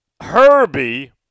Herbie